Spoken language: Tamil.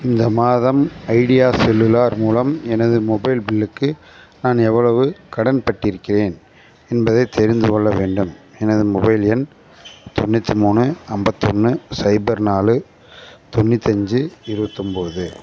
இந்த மாதம் ஐடியா செல்லுலார் மூலம் எனது மொபைல் பில்லுக்கு நான் எவ்வளவு கடன்பட்டிருக்கிறேன் என்பதை தெரிந்துகொள்ள வேண்டும் எனது மொபைல் எண் தொண்ணூற்றி மூணு ஐம்பத்தொன்னு சைபர் நாலு தொண்ணூத்தஞ்சு இருபத்தொம்போது